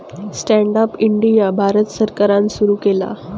stand up India Bharat सरकारान सुरू केला